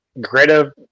Greta